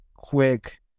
quick